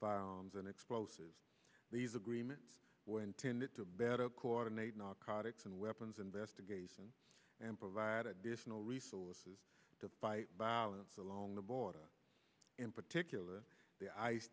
firearms and explosives these agreements were intended to better coordinate narcotics and weapons investigation and provide additional resources to fight balance along the border in particular the ice